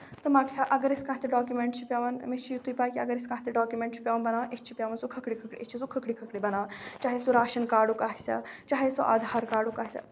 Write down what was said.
اَگر أسۍ کانٛہہ تہِ ڈاکمینٹ چھُ پیوان أمِس چھُ یِتوٗے پاے اَگر أسۍ کانٛہہ تہِ ڈاکمینٹ چھُ پیوان بَناوُن أسۍ چھُ پیوان سُہ کھکھٕرِ کھکھٕرِ أسۍ چھِ سُہ کھکھٕرِ کھکھٕرِ بَناون چاہے سُہ راشن کاڈُک آسہِ ہا چاہے سُہ آداھار کاڈُک آسہِ ہا